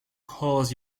cause